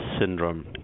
syndrome